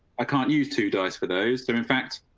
i can't use two days for those there. in fact,